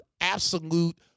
absolute